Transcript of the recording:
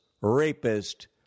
rapist